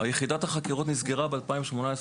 יחידת החקירות נסגרה ב-2018,